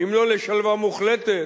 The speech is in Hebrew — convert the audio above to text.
אם לא לשלווה מוחלטת,